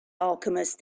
alchemist